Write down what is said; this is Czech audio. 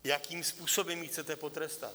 Jakým způsobem ji chcete potrestat?